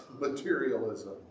materialism